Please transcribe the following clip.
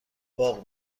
باغ